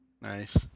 Nice